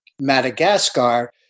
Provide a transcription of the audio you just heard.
Madagascar